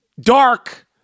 dark